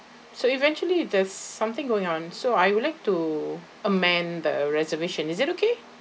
so if actually there's something going on so I would like to amend the reservation is that okay